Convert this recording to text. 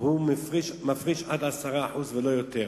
הוא מפריש עד 10% ולא יותר.